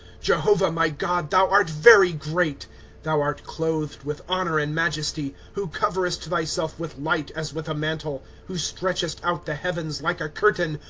jehovah, my god, thou art very great thou art clothed with honor and majesty. who coverest thyself with light as with a mantle, who stretchest out the heavens like a curtain.